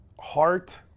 Heart